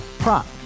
Prop